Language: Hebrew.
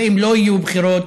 ואם לא יהיו בחירות,